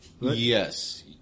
Yes